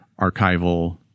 archival